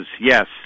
Yes